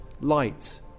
light